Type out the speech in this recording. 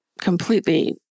completely